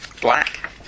black